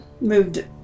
moved